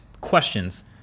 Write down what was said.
questions